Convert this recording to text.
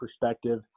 perspective